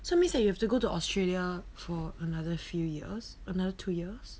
so means that you have to go to australia for another few years another two years